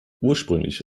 ursprünglich